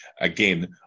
Again